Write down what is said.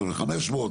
3,500,